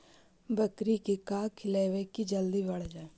बकरी के का खिलैबै कि जल्दी बढ़ जाए?